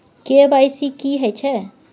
KYC की हय छै?